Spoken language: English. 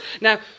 Now